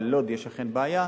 אבל בלוד יש אכן בעיה,